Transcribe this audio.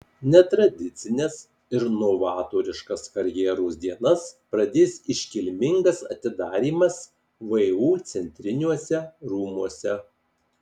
netradicines ir novatoriškas karjeros dienas pradės iškilmingas atidarymas vu centriniuose rūmuose